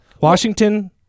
Washington